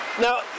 Now